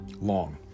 long